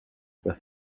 with